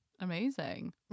Amazing